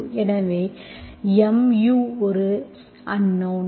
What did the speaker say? எனவே mu ஒரு unknown